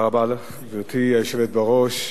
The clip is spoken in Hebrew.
גברתי היושבת בראש,